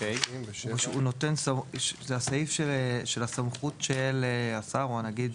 זה הסעיף של הסמכות של השר או הנגיד.